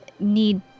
Need